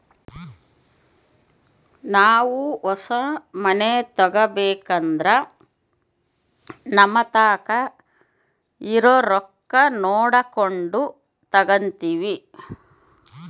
ನಾವು ಹೊಸ ಮನೆ ತಗಬೇಕಂದ್ರ ನಮತಾಕ ಇರೊ ರೊಕ್ಕ ನೋಡಕೊಂಡು ತಗಂತಿವಿ